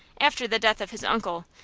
after the death of his uncle,